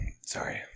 Sorry